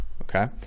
Okay